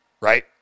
right